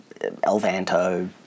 Elvanto